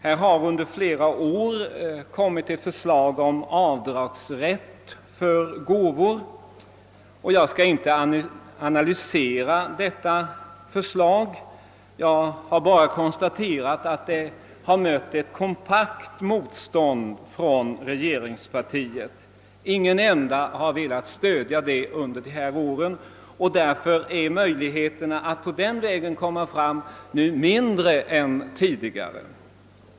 Un der flera år har det motionerats om avdragsrätt för gåvor till dessa organisationer. Jag skall inte analysera detta förslag. Jag vill bara konstatera att det mött ett kompakt motstånd från regeringspartiets sida; ingen enda i detta parti har under dessa år velat stödja dessa motioner. Möjligheterna att komma fram på den vägen är därför nu mindre än tidigare.